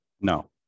No